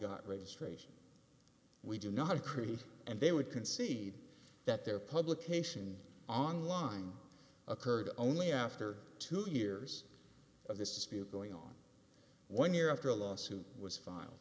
got registration we do not create and they would concede that their publication online occurred only after two years of this dispute going on one year after a lawsuit was file